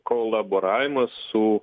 kolaboravimas su